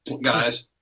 guys